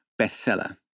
bestseller